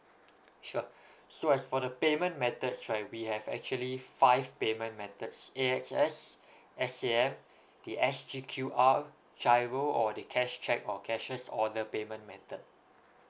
sure so as for the payment methods right we have actually five payment methods A_X_S S_A_M the S_G_Q_R giro or the cash cheque or cashier's order payment method